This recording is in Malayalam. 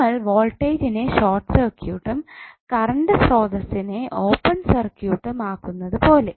നമ്മൾ വോൾട്ടേജിനെ ഷോർട്ട് സർക്യൂട്ടും കറണ്ട് സ്രോതസിനെ ഓപ്പൺ സർക്യൂട്ടും ആകുന്നതുപോലെ